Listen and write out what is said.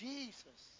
Jesus